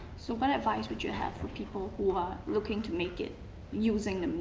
so what advice would you have for people who are looking to make it using